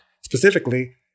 specifically